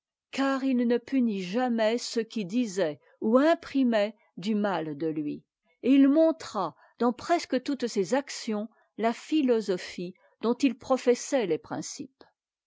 car il ne punit jamais ceux qui disaient ou imprimaient du mal de lui et il montra dans presque toutes ses actions la philosophie dont il professait les principes